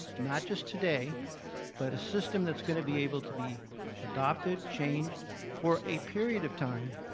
not just today but a system that's going to be able to be adapted, changed for a period of time,